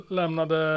lämnade